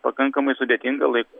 pakankamai sudėtingą laik